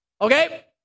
Okay